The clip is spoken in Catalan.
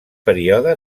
període